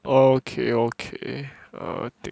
oh okay okay uh